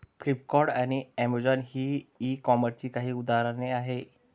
Flipkart आणि Amazon ही e कॉमर्सची काही उदाहरणे आहे